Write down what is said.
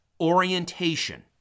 orientation